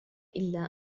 إلا